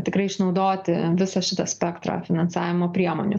tikrai išnaudoti visą šitą spektrą finansavimo priemonių